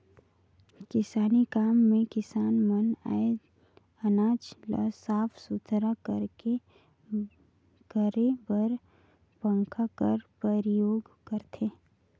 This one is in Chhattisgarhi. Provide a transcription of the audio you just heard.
किसानी काम मे किसान मन अनाज ल साफ सुथरा करे बर पंखा कर परियोग करथे